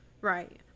Right